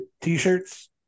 t-shirts